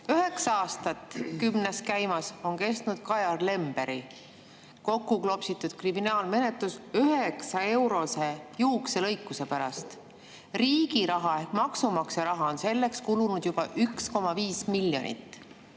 Üheksa aastat – kümnes käimas – on kestnud Kajar Lemberi kokku klopsitud kriminaalmenetlus üheksaeurose juukselõikuse pärast. Riigi raha ehk maksumaksja raha on selleks kulunud juba 1,5 miljonit.